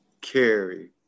carry